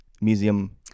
museum